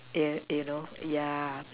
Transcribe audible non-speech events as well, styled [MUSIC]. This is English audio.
[NOISE] you know yeah